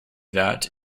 that